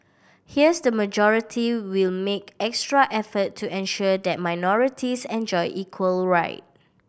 here's the majority will make extra effort to ensure that minorities enjoy equal right